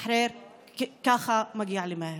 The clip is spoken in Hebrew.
כך מגיע למאהר.